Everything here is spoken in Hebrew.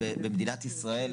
בשנת 2021,